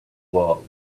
wall